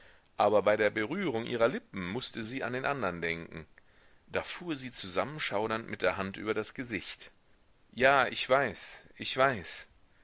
aber bei der berührung ihrer lippen mußte sie an den andern denken da fuhr sie zusammenschaudernd mit der hand über das gesicht ja ich weiß ich weiß